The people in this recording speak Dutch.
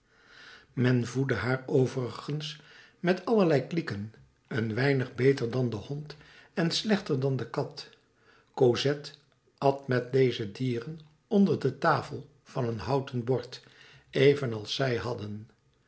men voedde haar overigens met allerlei klieken een weinig beter dan den hond en slechter dan de kat cosette at met deze dieren onder de tafel van een houten bord evenals zij hadden